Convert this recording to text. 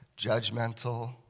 judgmental